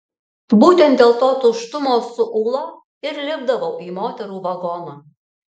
būtent dėl to tuštumo su ūla ir lipdavau į moterų vagoną